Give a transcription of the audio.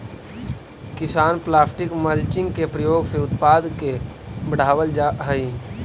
किसान plastic mulching के प्रयोग से उत्पादक के बढ़ावल जा हई